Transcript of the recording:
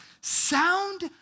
sound